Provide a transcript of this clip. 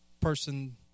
person